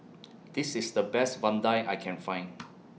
This IS The Best Vadai I Can Find